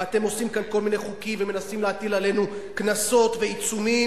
ואתם עושים כאן כל מיני חוקים ומנסים להטיל עלינו קנסות ועיצומים,